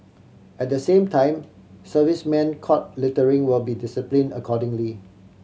at the same time servicemen caught littering will be discipline accordingly